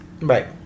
Right